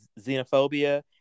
xenophobia